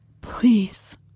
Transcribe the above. Please